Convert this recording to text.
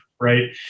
right